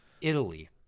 Italy